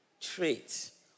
traits